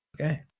Okay